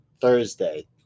Thursday